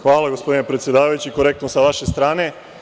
Hvala, gospodine predsedavajući, korektno sa vaše strane.